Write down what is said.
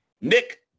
Nick